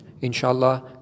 Inshallah